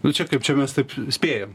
nu čia kaip čia mes taip spėjam